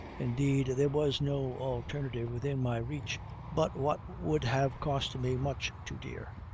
indeed, there was no alternative within my reach but what would have cost me much too dear.